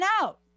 out